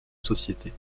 société